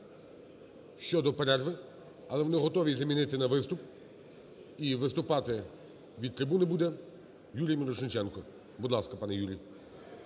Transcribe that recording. щодо перерви, але вони готові замінити на виступ. І виступати від трибуни буде Юрій Мірошниченко. Будь ласка, пане Юрій,